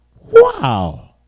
Wow